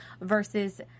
versus